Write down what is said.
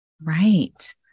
Right